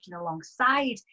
alongside